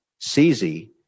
CZ